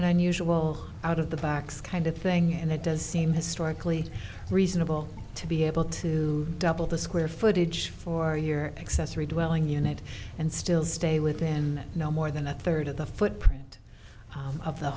unusual out of the box kind of thing and it does seem historically reasonable to be able to double the square footage for your accessory dwelling unit and still stay within no more than a third of the footprint of the